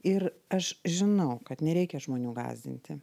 ir aš žinau kad nereikia žmonių gąsdinti